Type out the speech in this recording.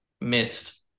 missed